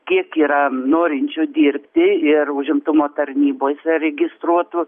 kiek yra norinčių dirbti ir užimtumo tarnybose registruotų